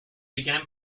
began